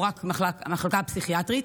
או רק המחלקה הפסיכיאטרית?